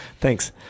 Thanks